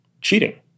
cheating